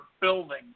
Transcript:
building